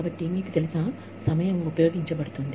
కాబట్టి మీకు తెలుసా సమయం ఉపయోగించబడుతోంది